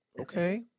Okay